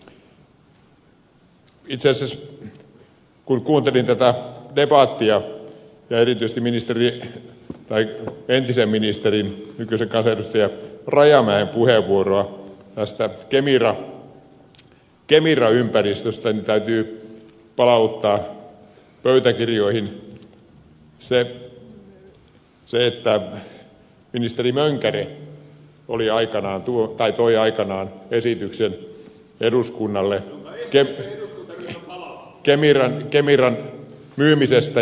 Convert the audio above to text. itse asiassa kun kuuntelin tätä debattia ja erityisesti entisen ministerin nykyisen kansanedustajan rajamäen puheenvuoroa tästä kemira ympäristöstä niin täytyy palauttaa pöytäkirjoihin se että ministeri mönkäre toi aikanaan esityksen eduskunnalle kemiran myymisestä